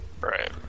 Right